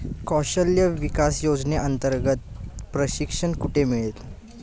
कौशल्य विकास योजनेअंतर्गत प्रशिक्षण कुठे मिळेल?